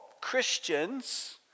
Christians